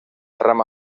rama